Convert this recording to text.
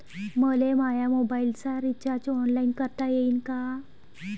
मले माया मोबाईलचा रिचार्ज ऑनलाईन करता येईन का?